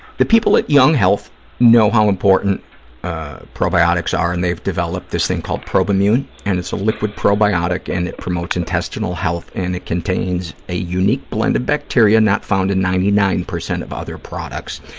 the people at young health know how important probiotics are and they've developed this thing called probimune, and it's a liquid probiotic and it promotes intestinal health and it contains a unique blend of bacteria not found in ninety nine percent of other products.